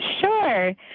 Sure